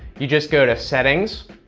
you just go to settings,